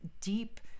deep